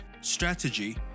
strategy